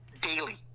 daily